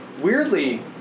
Weirdly